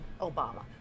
Obama